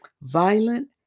violent